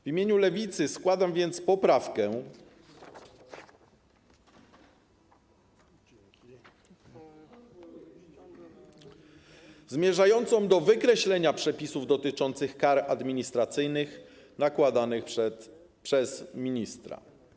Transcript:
W imieniu Lewicy składam więc poprawkę zmierzającą do wykreślenia przepisów dotyczących kar administracyjnych nakładanych przez ministra.